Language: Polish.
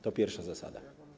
To pierwsza zasada.